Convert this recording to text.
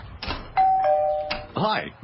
Hi